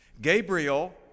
Gabriel